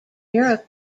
europe